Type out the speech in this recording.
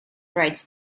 writes